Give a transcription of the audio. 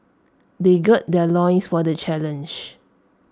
they gird their loins for the challenge